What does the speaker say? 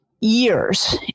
years